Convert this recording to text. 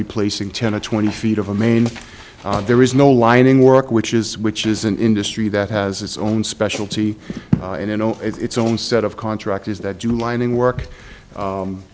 replacing ten or twenty feet of a man there is no lining work which is which is an industry that has its own specialty and in its own set of contractors that do lining work